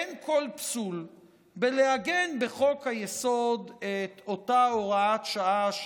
אין כל פסול בלעגן בחוק-היסוד את אותה הוראת שעה,